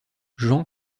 jean